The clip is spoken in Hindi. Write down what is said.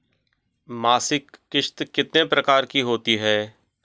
मासिक किश्त कितने प्रकार की होती है?